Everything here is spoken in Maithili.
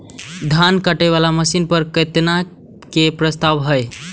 धान काटे वाला मशीन पर केतना के प्रस्ताव हय?